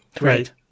Right